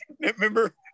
Remember